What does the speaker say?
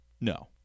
No